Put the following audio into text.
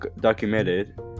documented